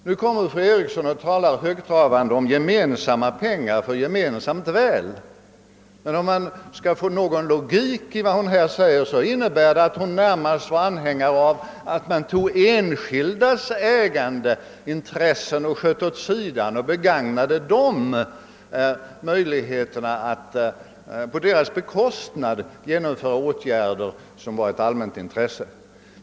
Nu talar fru Eriksson högtravande om gemensamma pengar för gemensamt väl. Men om det är någon logik i vad fru Eriksson säger innebär det närmast att hon var anhängare av att man sköt de enskildas ägandeintressen åt sidan och begagnade möjligheterna att på de enskildas bekostnad genomföra åtgärder av allmänt intresse.